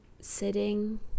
sitting